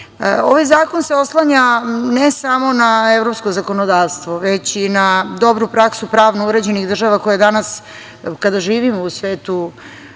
Ovaj zakon se oslanja ne samo na evropsko zakonodavstvo, već i na dobru praksu pravno uređenih država koje danas kada živimo u svetu